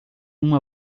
uma